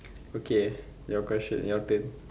okay your question your turn